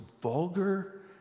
vulgar